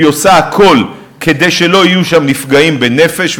עושה הכול כדי שלא יהיו שם נפגעים בנפש,